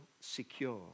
secure